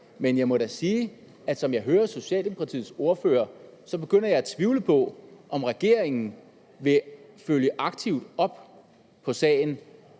men jeg må da sige, at som jeg hører Socialdemokratiets ordfører, begynder jeg at tvivle på, om regeringen vil følge aktivt op på sagen